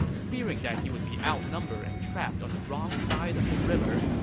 fearing that he would be outnumbered and trapped on the wrong side of the river,